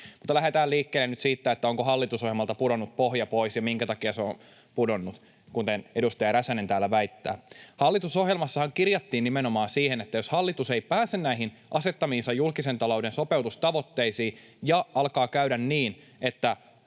lähdetään liikkeelle nyt siitä, onko hallitusohjelmalta pudonnut pohja pois ja minkä takia se on pudonnut, kuten edustaja Räsänen täällä väittää. Hallitusohjelmassahan kirjattiin nimenomaan siitä, että jos hallitus ei pääse näihin asettamiinsa julkisen talouden sopeutustavoitteisiin ja alkaa käydä niin, että